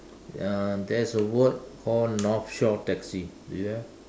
ya there's a word called North Shore taxi do you have